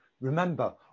Remember